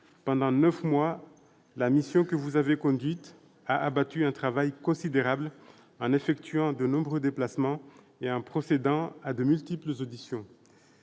Pendant neuf mois, la mission que vous avez conduite, monsieur Bas, a abattu un travail considérable en effectuant de nombreux déplacements et en procédant à de multiples auditions.